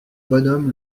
bonhomme